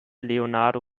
leonardo